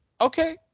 okay